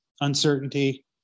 uncertainty